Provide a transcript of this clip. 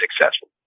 successful